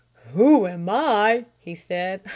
who am i? he said.